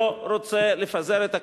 לא רוצה לפזר את הכנסת,